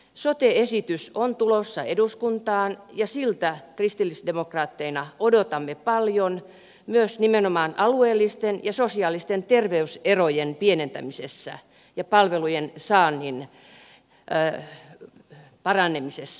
sote esitys on tulossa eduskuntaan ja siltä kristillisdemokraatteina odotamme paljon myös nimenomaan alueellisten ja sosiaalisten terveyserojen pienentämisessä ja palvelujen saannin paranemisessa